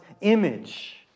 image